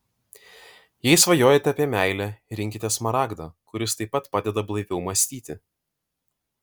jei svajojate apie meilę rinkitės smaragdą kuris taip pat padeda blaiviau mąstyti